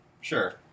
Sure